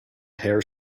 hare